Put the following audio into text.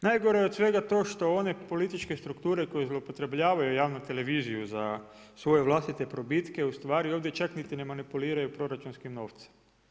Najgore je od svega to što one političke strukture koje zloupotrebljavaju javnu televiziju za svoje vlastite probitke u stvari ovdje čak niti ne manipuliraju proračunskim novcem.